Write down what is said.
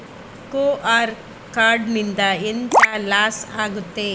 QR code ನಿಂದ ಎಂತ loss ಆಗ್ತದೆ?